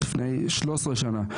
לפני 13 שנה,